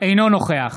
אינו נוכח